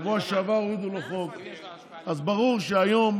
ובשבוע שעבר הורידו לו חוק, אז ברור שהיום